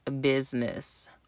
Business